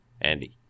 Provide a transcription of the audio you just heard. andy